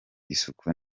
isuku